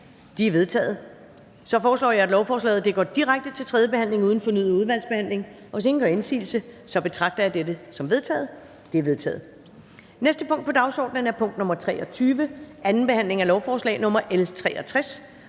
sluttet. Jeg foreslår, at lovforslaget går direkte til tredje behandling uden fornyet udvalgsbehandling. Hvis ingen gør indsigelse, betragter jeg det som vedtaget. Det er vedtaget. --- Det næste punkt på dagsordenen er: 18) 2. behandling af lovforslag nr. L